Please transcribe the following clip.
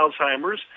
Alzheimer's